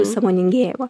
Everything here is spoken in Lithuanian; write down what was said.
sąmoningėja va